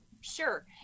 Sure